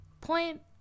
point